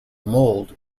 mold